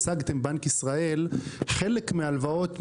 הצגתם בנק ישראל חלק מההלוואות,